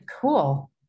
Cool